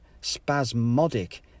spasmodic